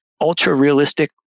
ultra-realistic